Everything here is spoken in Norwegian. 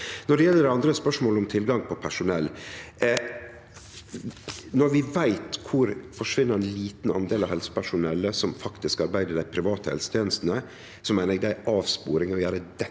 Når det gjeld det andre spørsmålet, om tilgang på personell: Når vi veit kor forsvinnande liten andel av helsepersonellet som faktisk arbeider i dei private helsetenestene, meiner eg det er ei avsporing å gjere dette